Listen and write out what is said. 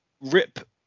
Rip